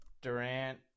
Durant